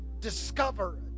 discover